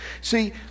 See